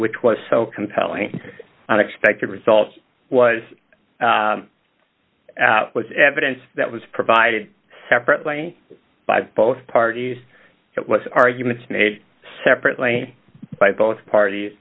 which was so compelling on expected results was was evidence that was provided separately by both parties it was arguments made separately by both parties